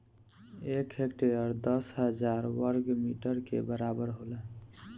एक हेक्टेयर दस हजार वर्ग मीटर के बराबर होला